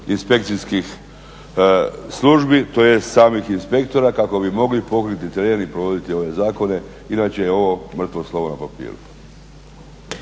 inspekcijskih službi, tj. samih inspektora kako bi mogli pokriti teren i provoditi ove zakone, inače je ovo mrtvo slovo na papiru.